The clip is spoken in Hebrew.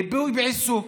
ריפוי בעיסוק